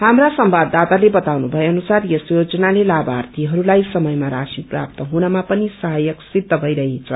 हाप्रा संवाददाताले बताउनु भए अनुसार यस योजनाले लाभार्यीहरूलाई समयमा राशिन प्राप्त हुनुया पनि सहायक सिद्ध भइरहेछ